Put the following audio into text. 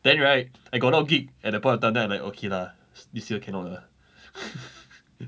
then right I got a lot of gig at that point of time then I'm like okay lah this year cannot lah